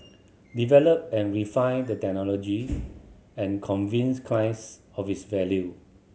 develop and refine the technology and convince clients of its value